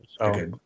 Okay